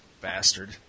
Bastard